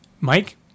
Mike